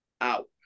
out